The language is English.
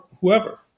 whoever